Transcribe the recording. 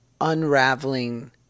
unraveling